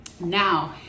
now